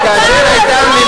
אתה הזוי,